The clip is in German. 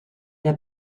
der